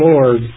Lord